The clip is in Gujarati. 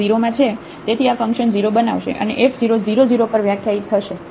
તેથી આ ફંકશન 0 બનાવશે અને f 0 0 0 પર વ્યાખ્યાયિત થશે